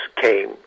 came